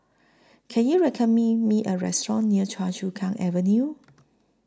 Can YOU recommend Me A Restaurant near Choa Chu Kang Avenue